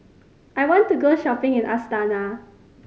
I want to go shopping in Astana